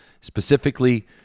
specifically